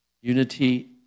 Unity